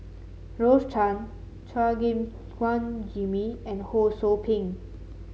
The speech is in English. Rose Chan Chua Gim Guan Jimmy and Ho Sou Ping